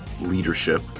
leadership